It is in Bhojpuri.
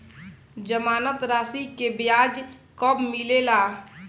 जमानद राशी के ब्याज कब मिले ला?